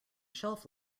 shelf